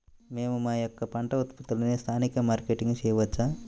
మేము మా యొక్క పంట ఉత్పత్తులని స్థానికంగా మార్కెటింగ్ చేయవచ్చా?